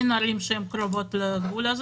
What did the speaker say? אין ערים שהן קרובות לגבול הזה,